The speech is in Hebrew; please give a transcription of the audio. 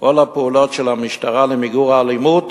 כל הפעולות של המשטרה למיגור האלימות